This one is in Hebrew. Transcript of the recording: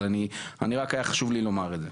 אבל רק היה חשוב לי לומר את זה.